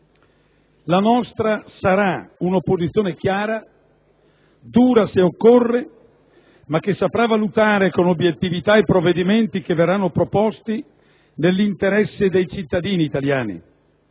La nostra sarà un'opposizione chiara, dura se occorre, ma che saprà valutare con obiettività i provvedimenti che verranno proposti nell'interesse dei cittadini italiani,